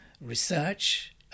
research